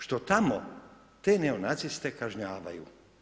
Što tamo te neonaciste kažnjavaju.